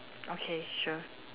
okay sure